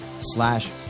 slash